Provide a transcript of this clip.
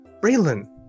Braylon